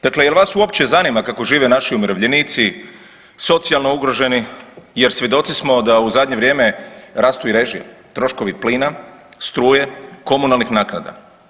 Dakle, jel vas uopće zanima kako žive naši umirovljenici, socijalno ugroženi jer svjedoci smo da u zadnje vrijeme rastu i režije, troškovi plina, struje, komunalnih naknada?